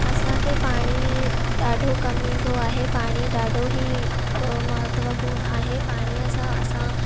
असांखे पाणी ॾाढो कमु ईंदो आहे पाणी ॾाढो ई महत्वपूर्ण आहे पाणीअ सां असां